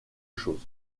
choses